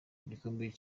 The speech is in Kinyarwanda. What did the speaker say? igikombe